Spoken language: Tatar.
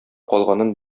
калганын